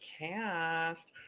cast